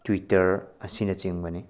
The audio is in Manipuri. ꯇ꯭ꯋꯤꯇꯔ ꯑꯁꯤꯅꯆꯤꯡꯕꯅꯤ